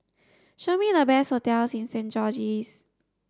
show me the best hotels in Saint George's